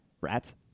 rats